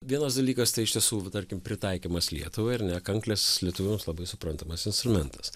vienas dalykas tai iš tiesų tarkim pritaikymas lietuvai ar ne kanklės lietuviams labai suprantamas instrumentas